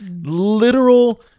literal